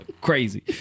crazy